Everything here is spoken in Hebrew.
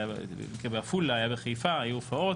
אני מכיר בעפולה, היה בחיפה, היו הופעות.